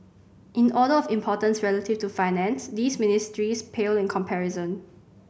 in order of importance relative to Finance these ministries pale in comparison